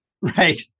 Right